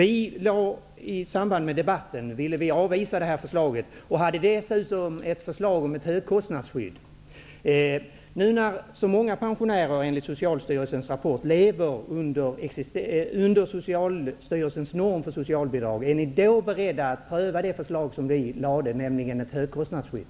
I samband med debatten ville vi avvisa det här förslaget. Vi hade i stället ett förslag om ett högkostnadsskydd. Nu när så många pensionärer lever under Socialstyrelsens norm för socialbidrag, är ni då beredda att pröva vårt förslag om ett högkostnadsskydd?